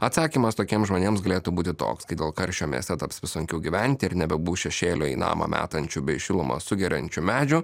atsakymas tokiems žmonėms galėtų būti toks kai dėl karščio mieste taps vis sunkiau gyventi ir nebebus šešėlio į namą metančių bei šilumą sugeriančių medžių